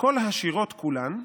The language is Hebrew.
כל השירות כולן"